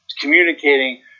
communicating